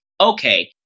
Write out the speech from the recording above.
okay